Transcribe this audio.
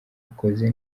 akoze